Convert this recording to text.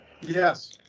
Yes